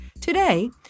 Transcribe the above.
Today